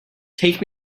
take